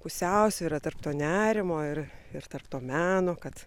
pusiausvyrą tarp to nerimo ir ir tarp to meno kad